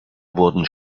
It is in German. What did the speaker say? wurden